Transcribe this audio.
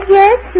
yes